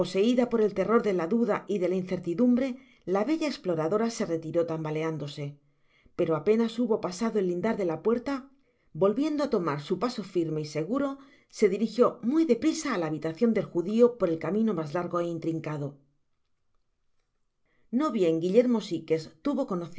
poseida por el terror de la dudá y de la incertidumbre la bella esploradora se retiró tambaleándose pero apenas hubo pasado el lindar de la puerta volviendo á tomar su paso firme y seguro se dirijió muy de prisa á la habitacion del judio por el camino mas largo é intrincado no bien guillermo sikes tuvo